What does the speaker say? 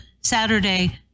Saturday